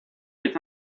est